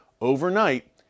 Overnight